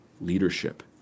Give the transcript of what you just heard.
leadership